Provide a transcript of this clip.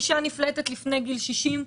אישה נפלטת לפני גיל 60,